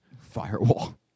Firewall